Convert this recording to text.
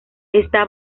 está